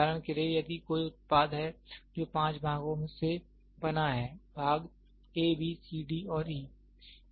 उदाहरण के लिए यदि कोई उत्पाद है जो 5 भागों से बना है भाग A B C D और E